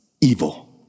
evil